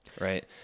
right